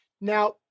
now